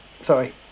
sorry